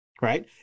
Right